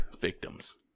victims